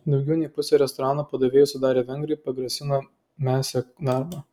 daugiau nei pusę restorano padavėjų sudarę vengrai pagrasino mesią darbą